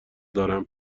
دارم